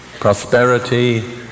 prosperity